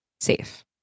safe